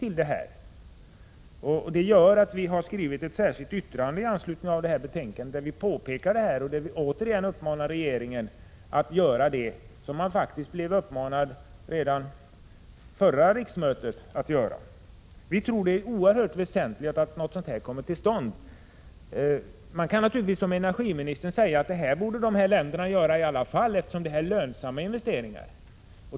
Detta har medfört att vi skrivit ett särskilt yttrande i anslutning till betänkandet där vi påpekar saken och återigen uppmanar regeringen att göra det som den faktiskt blev uppmanad att göra redan under förra riksmötet. Vi tror att det är oerhört väsentligt att en sådan här fond kommer till stånd. Man kan naturligtvis som energiministern säga att dessa länder borde vidta de här åtgärderna i alla fall, eftersom det är lönsamma investeringar.